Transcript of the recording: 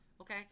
Okay